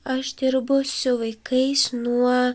aš dirbu su vaikais nuo